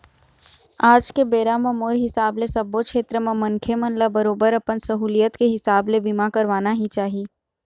आज के बेरा म मोर हिसाब ले सब्बो छेत्र म मनखे मन ल बरोबर अपन सहूलियत के हिसाब ले बीमा करवाना ही चाही